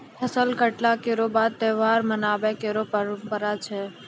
फसल कटला केरो बाद त्योहार मनाबय केरो परंपरा छै